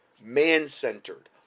man-centered